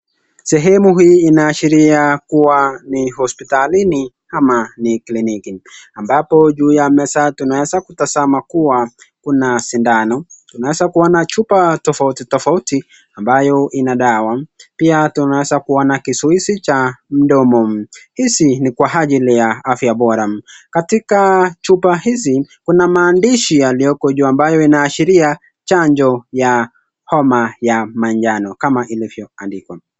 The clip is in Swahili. Sehemu hii ina ashiria kuwa ni hospitalini ama ni kliniki ambapo juu ya meza tunaweza kutazama kuwa kuna sindano tunaweza kuona chupa tofauti tofauti ambayo ina dawa. Pia tunaweza kuona kizuizi cha mdomo hizi ni kwa ajili ya afya bora. Katika chupa hizi kuna maandishi yaliyoko juu inayoashiria chanjo ya homa ya manjano kama ilivyo andikwa.